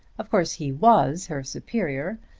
of course he was her superior,